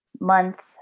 month